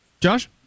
Josh